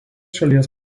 šalies